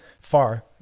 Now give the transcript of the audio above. far